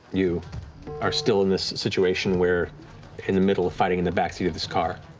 you are still in this situation where in the middle of fighting in the backseat of this car.